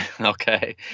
Okay